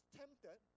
tempted